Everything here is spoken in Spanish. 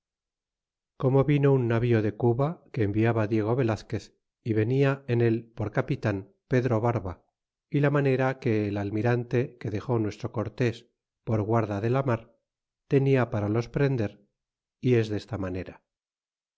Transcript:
como vino un navío de cuba que enviaba diego velazquez venia en el por capitan pedro barba y la manera que el almirante que dextí nuestro cortés por guarda de la mar tenia para los prender y es desta manera